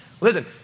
Listen